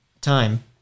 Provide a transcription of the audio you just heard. Time